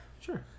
Sure